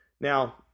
Now